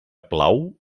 plau